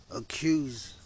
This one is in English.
accused